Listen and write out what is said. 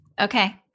Okay